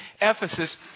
Ephesus